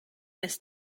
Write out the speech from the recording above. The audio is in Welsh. nes